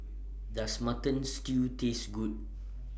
Does Mutton Stew Taste Good